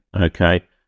Okay